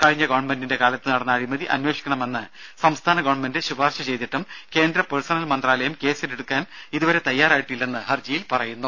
കഴിഞ്ഞ ഗവൺമെന്റിന്റെ കാലത്ത് നടന്ന അഴിമതി അന്വേഷിക്കണമെന്ന് സംസ്ഥാന ഗവൺമെന്റ് ശുപാർശ ചെയ്തിട്ടും കേന്ദ്ര പേഴ്സണൽ മന്ത്രാലയം കേസ് ഏറ്റെടുക്കാൻ ഇതുവരെ തയ്യാറായിട്ടില്ലെന്ന് ഹർജിയിൽ പറയുന്നു